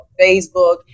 Facebook